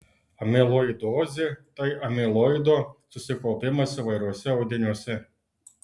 amiloidozė tai amiloido susikaupimas įvairiuose audiniuose